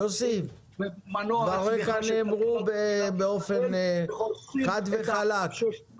יוסי, דבריך נאמרו באופן חד וחלק.